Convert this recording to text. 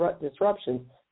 disruptions